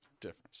Difference